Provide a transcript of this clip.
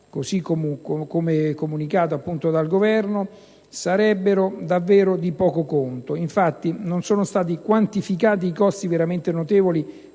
così come comunicati dal Governo - sarebbero davvero di poco conto. Infatti, non sono stati quantificati i costi veramente notevoli